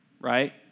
right